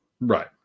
right